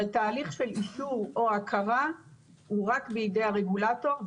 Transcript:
אבל תהליך של אישור או הכרה הוא רק בידי הרגולטור.